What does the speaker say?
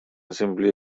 simply